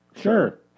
Sure